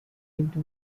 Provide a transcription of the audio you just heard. into